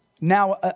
now